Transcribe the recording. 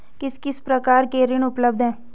किस किस प्रकार के ऋण उपलब्ध हैं?